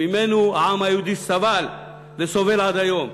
שממנו העם היהודי סבל וסובל עד היום.